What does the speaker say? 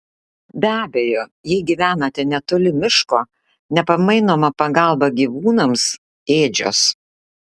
be abejo jei gyvenate netoli miško nepamainoma pagalba gyvūnams ėdžios